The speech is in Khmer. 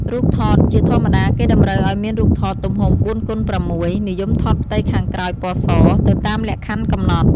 រូបថត: ជាធម្មតា គេតម្រូវឲ្យមានរូបថតទំហំ ៤x៦ (និយមថតផ្ទៃខាងក្រោយពណ៌ស) ទៅតាមលក្ខខណ្ឌកំណត់។